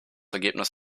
ergebnis